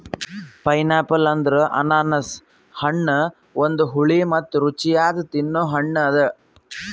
pineapple ಅಂದುರ್ ಅನಾನಸ್ ಹಣ್ಣ ಒಂದು ಹುಳಿ ಮತ್ತ ರುಚಿಯಾದ ತಿನ್ನೊ ಹಣ್ಣ ಅದಾ